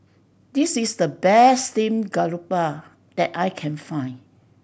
this is the best steamed grouper that I can find